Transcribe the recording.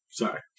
Sorry